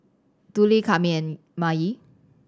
Dudley Kami and Maye